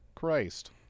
christ